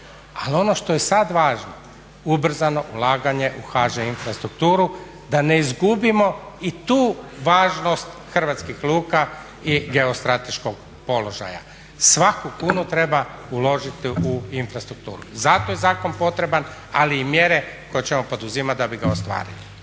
Ali ono što je sad važno ubrzano ulaganje u HŽ Infrastrukturu da ne izgubimo i tu važnost hrvatskih luka i geostrateškog položaja. Svaku kunu treba uložiti u infrastrukturu. Zato je zakon potreban, ali i mjere koje ćemo poduzimati da bi ga ostvarili.